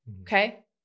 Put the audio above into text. okay